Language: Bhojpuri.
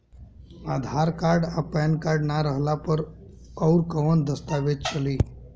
आधार कार्ड आ पेन कार्ड ना रहला पर अउरकवन दस्तावेज चली?